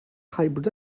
hybrid